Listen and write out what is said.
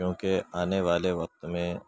کیونکہ آنے والے وقت میں